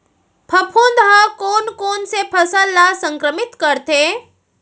फफूंद ह कोन कोन से फसल ल संक्रमित करथे?